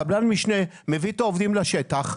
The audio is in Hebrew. קבלן משנה מביא את העובדים לשטח,